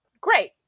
great